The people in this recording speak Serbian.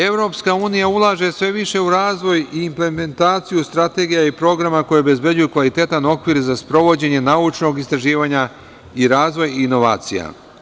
EU ulaže sve više u razvoj i implementaciju strategija i programa koje obezbeđuju kvalitetan okvir za sprovođenje naučnog istraživanja i razvoja inovacija.